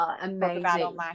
amazing